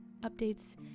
updates